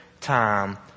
time